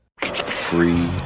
Free